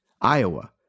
Iowa